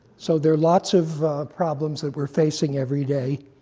so there are lots of problems that we're facing every day.